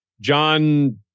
John